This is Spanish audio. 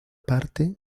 parte